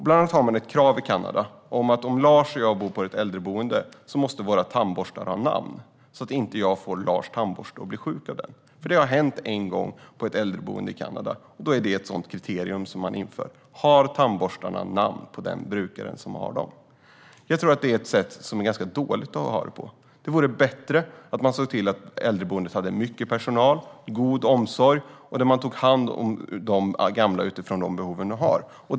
Bland annat har man ett krav på att allas tandborstar på äldreboenden ska vara märkta med namn så att ingen får någon annans tandborste och blir sjuk. Det har nämligen hänt en gång på ett äldreboende i Kanada. Ett kriterium är alltså att tandborstarna ska vara märkta med brukarnas namn. Jag tror att det är ett ganska dåligt sätt. Det är bättre att äldreboendet har mycket personal och en god omsorg där man tar hand om de gamla utifrån de gamlas behov.